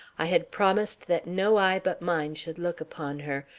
i had promised that no eye but mine should look upon her,